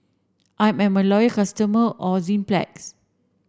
I'm a loyal customer of Enzyplex